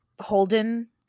Holden